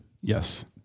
Yes